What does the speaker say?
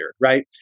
right